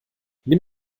nimm